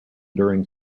during